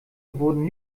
wurden